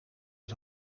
het